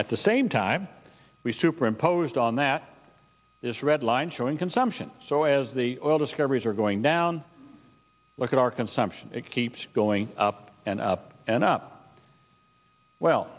at the same time we superimposed on that this red line showing consumption so as the oil discoveries are going down look at our consumption it keeps going up and up and up well